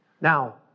now